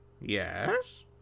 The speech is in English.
Yes